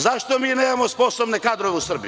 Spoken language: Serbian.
Zašto mi nemamo sposobne kadrove u Srbiji?